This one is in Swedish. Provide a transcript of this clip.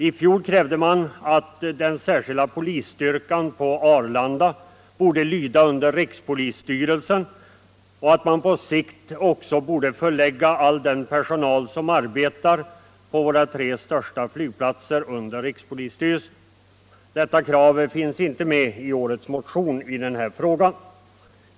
I fjol krävde motionärerna att den särskilda polisstyrkan på Arlanda skulle lyda under rikspolisstyrelsen och att man på sikt också borde förlägga all den personal som arbetar på våra tre största flygplatser under rikspolisstyrelsen. Det kravet finns inte med i årets motion i denna fråga.